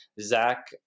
Zach